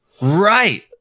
Right